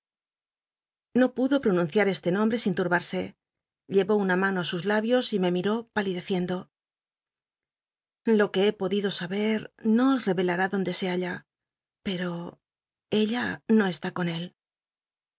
no pudo pronunciar este nombre sin lul'imsc llevó una mano á sus labios y me miró palideciendo lo que he podido saber no os reyclal'á donde se halla pero ellct no está con él